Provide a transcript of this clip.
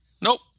nope